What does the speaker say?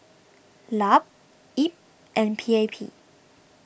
Lup Ip and P A P